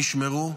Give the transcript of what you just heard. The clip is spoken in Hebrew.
נשמרו,